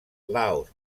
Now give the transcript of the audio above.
laos